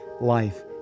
life